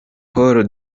paul